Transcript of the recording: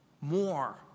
more